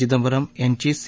चिदंबरम यांची सी